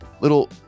little